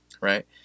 right